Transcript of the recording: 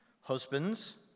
Husbands